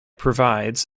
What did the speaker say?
provides